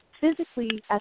physically